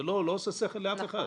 זה לא עושה שכל לאף אחד.